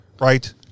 right